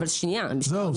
זהו, סיימת.